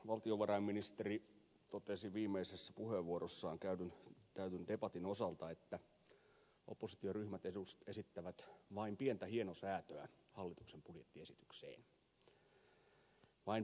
valtiovarainministeri totesi viimeisessä puheenvuorossaan käydyn debatin osalta että oppositioryhmät esittävät vain pientä hienosäätöä hallituksen budjettiesitykseen vain pientä hienosäätöä